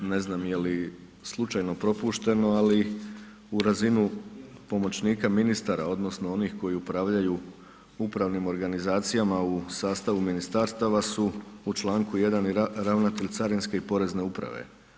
Ne znam je li slučajno propušteno, ali u razinu pomoćnika ministara, odnosno, onih koji upravljaju upravnim organizacijama u sastavu ministarstava su u čl. 1. i ravnatelj carinske i porezne uprave.